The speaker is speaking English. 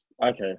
Okay